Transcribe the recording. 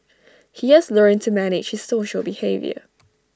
he has learnt to manage his social behaviour